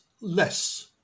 less